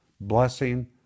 blessing